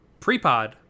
Prepod